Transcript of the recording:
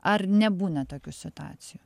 ar nebūna tokių situacijų